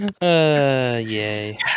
yay